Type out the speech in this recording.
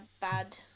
bad